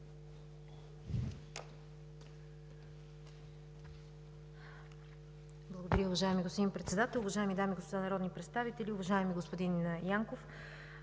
Благодаря.